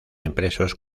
impresos